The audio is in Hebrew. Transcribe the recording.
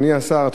אדוני השר,